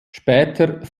später